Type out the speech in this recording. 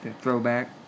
throwback